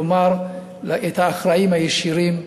כלומר, את האחראים הישירים,